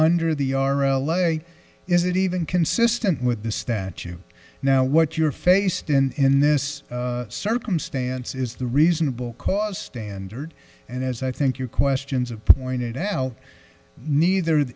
under the r l a is it even consistent with the statute now what you're faced in in this circumstance is the reasonable cause standard and as i think you questions of pointed out neither